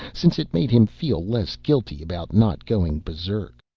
since it made him feel less guilty about not going berserk.